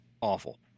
awful